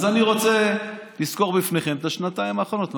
אז אני רוצה לסקור בפניכם את השנתיים האחרונות,